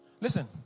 Listen